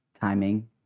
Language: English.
Timing